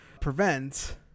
prevent